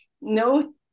no